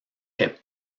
est